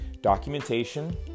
Documentation